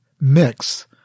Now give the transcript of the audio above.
mix